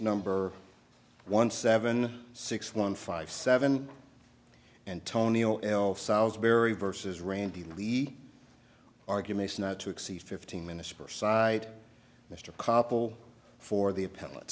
number one seven six one five seven antonio l southbury versus randy levy arguments not to exceed fifteen minutes per side mr koppel for the appe